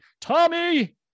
Tommy